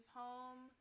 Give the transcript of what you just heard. home